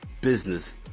business